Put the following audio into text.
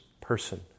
person